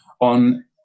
on